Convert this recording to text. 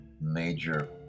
major